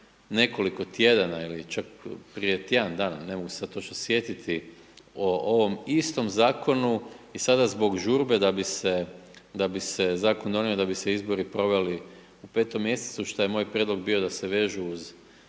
nekoliko tjedana ili čak prije tjedan dana, ne mogu se sad točno sjetiti, o ovom istom Zakonu i sada zbog žurbe da bi se, da bi se Zakon donio, da bi se izbori proveli u petom mjesecu, šta je moj prijedlog bio da se vežu uz